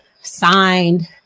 signed